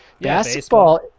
Basketball